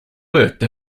worked